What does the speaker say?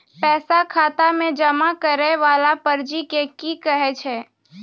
पैसा खाता मे जमा करैय वाला पर्ची के की कहेय छै?